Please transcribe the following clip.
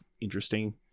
interesting